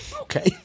Okay